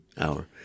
hour